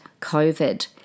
COVID